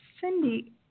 Cindy